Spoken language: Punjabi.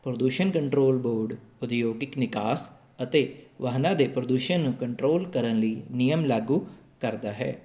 ਪ੍ਰਦੂਸ਼ਣ ਕੰਟਰੋਲ ਬੋਰਡ ਉਦਯੋਗਿਕ ਨਿਕਾਸ ਅਤੇ ਵਾਹਨਾਂ ਦੇ ਪ੍ਰਦੂਸ਼ਣ ਨੂੰ ਕੰਟਰੋਲ ਕਰਨ ਲਈ ਨਿਯਮ ਲਾਗੂ ਕਰਦਾ ਹੈ